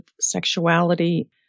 sexuality